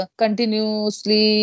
continuously